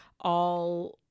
all-